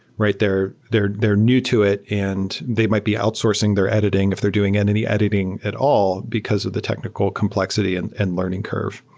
right? they're they're new to it and they might be outsourcing their editing, if they're doing any editing at all because of the technical complexity and and learning curve.